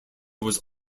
was